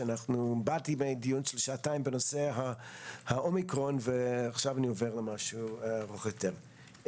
באתי מדיון של שעתיים בנושא האומיקרון ועכשיו אני עובר למשהו ארוך יותר.